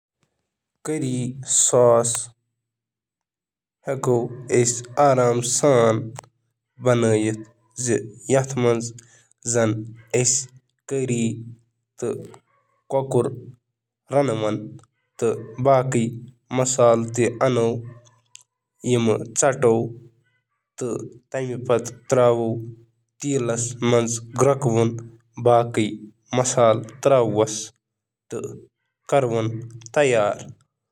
اکثر، صرف نصف چمچہٕ پیٹھہٕ کرٛہنِس سرسٕہٕ کِس چمچس پیٹھ کینٛہہ ژٔٹِتھ پیاز سۭتۍ چُھ تۄہہِ صرف جارڈ کری چٹنی بلند کرنہٕ خٲطرٕ ضرورت یُس گۄڈَے ذائقہٕ چُھ...